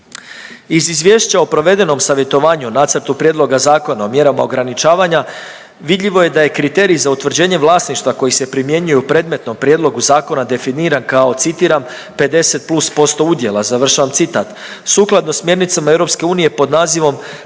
Iz izvješća o provedenom savjetovanju o Nacrtu prijedloga zakona o mjerama ograničavanja vidljivo je da je kriterij za utvrđenje vlasništva koji se primjenjuje u predmetnom prijedlogu zakona definira kao citiram „50 plus posto udjela“, sukladno smjernicama EU citiram